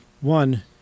One